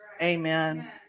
Amen